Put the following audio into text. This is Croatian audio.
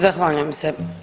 Zahvaljujem se.